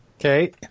Okay